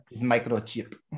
microchip